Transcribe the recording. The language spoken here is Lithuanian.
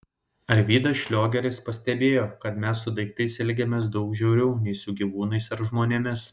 arvydas šliogeris pastebėjo kad mes su daiktais elgiamės daug žiauriau nei su gyvūnais ar žmonėmis